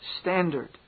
standard